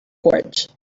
porch